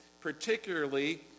particularly